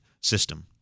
system